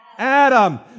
Adam